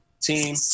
team